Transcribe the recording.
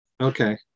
Okay